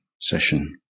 session